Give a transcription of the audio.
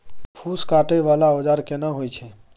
फूस काटय वाला औजार केना होय छै?